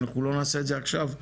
לא נעשה את זה עכשיו,